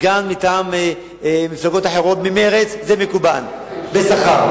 סגן מטעם מפלגות אחרות, ממרצ, זה מקובל בשכר.